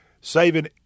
saving